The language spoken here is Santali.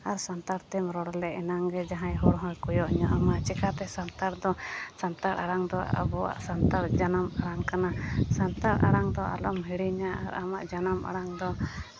ᱟᱨ ᱥᱟᱱᱛᱟᱲᱛᱮᱢ ᱨᱚᱲᱞᱮ ᱮᱱᱟᱝᱜᱮ ᱡᱟᱦᱟᱸᱭ ᱦᱚᱲᱦᱚᱸᱭ ᱠᱚᱭᱚᱠᱧᱚᱜ ᱟᱢᱟ ᱪᱤᱠᱟᱹᱛᱮ ᱥᱟᱱᱛᱟᱲᱫᱚ ᱥᱟᱱᱛᱟᱲ ᱟᱲᱟᱝᱫᱚ ᱟᱵᱚᱣᱟᱜ ᱥᱟᱱᱛᱟᱲ ᱡᱟᱱᱟᱢ ᱟᱲᱟᱝ ᱠᱟᱱᱟ ᱥᱟᱱᱛᱟᱲ ᱟᱲᱟᱝᱫᱚ ᱟᱞᱚᱢ ᱦᱤᱲᱤᱧᱟ ᱟᱨ ᱟᱢᱟᱜ ᱡᱟᱱᱟᱢ ᱟᱲᱟᱝᱫᱚ